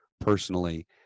personally